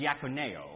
diaconeo